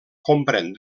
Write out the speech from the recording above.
comprèn